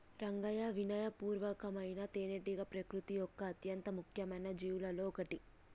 రంగయ్యా వినయ పూర్వకమైన తేనెటీగ ప్రకృతి యొక్క అత్యంత ముఖ్యమైన జీవులలో ఒకటి